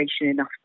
enough